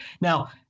now